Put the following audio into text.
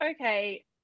okay